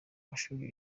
mashuri